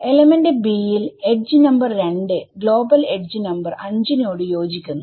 element B യിൽ edge number 2 global edge number 5 നോട് യോജിക്കുന്നു